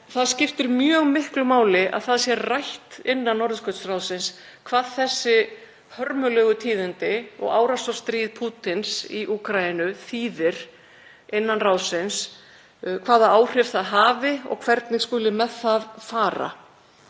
það skiptir mjög miklu máli að það sé rætt innan Norðurskautsráðsins hvað þessi hörmulegu tíðindi og árásarstríð Pútíns í Úkraínu þýðir innan ráðsins, hvaða áhrif það hefur og hvernig skuli með það fara.